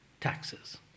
taxes